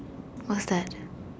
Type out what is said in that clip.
what's that